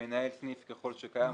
מנהל סניף ככל שקיים,